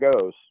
goes